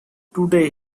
today